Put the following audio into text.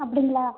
அப்படிங்களா